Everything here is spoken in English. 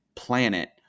planet